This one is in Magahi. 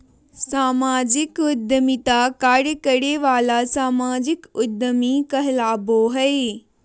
सामाजिक उद्यमिता कार्य करे वाला सामाजिक उद्यमी कहलाबो हइ